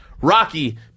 Rocky